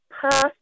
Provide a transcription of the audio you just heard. past